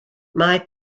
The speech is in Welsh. mae